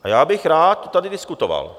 A já bych rád to tady diskutoval.